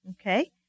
Okay